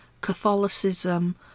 Catholicism